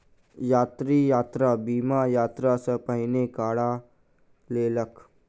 यात्री, यात्रा बीमा, यात्रा सॅ पहिने करा लेलक